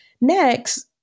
Next